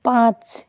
পাঁচ